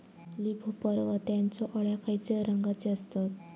Leaf hopper व त्यानचो अळ्या खैचे रंगाचे असतत?